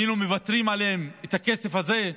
היינו מוותרים על הכסף הזה,